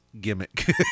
gimmick